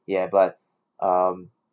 ya but um